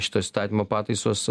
šitos įstatymo pataisos